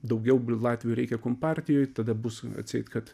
daugiau latvių reikia kompartijoj tada bus atseit kad